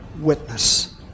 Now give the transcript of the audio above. witness